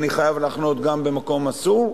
אני חייב להחנות גם במקום אסור,